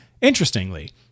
Interestingly